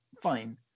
fine